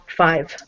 five